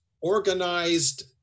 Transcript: organized